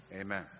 amen